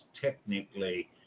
technically